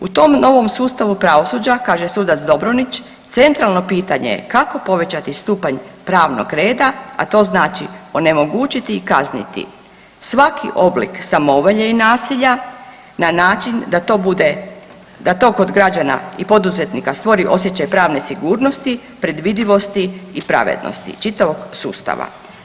U tom novom sustavu pravosuđa kaže sudac Dobronić centralno pitanje je kako povećati stupanj pravnog reda, a to znači onemogućiti i kazniti svaki oblik samovolje i nasilja na način da to bude, da to kod građana i poduzetnika stvori osjećaj pravne sigurnosti, predvidivosti i pravednosti čitavog sustava.